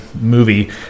movie